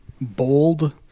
bold